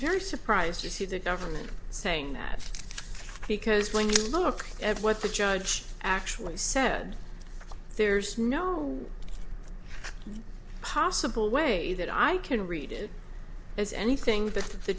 very surprised to see the government saying that because when you look ever what the judge actually said there's no possible way that i can read it as anything that the